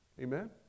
Amen